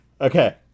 Okay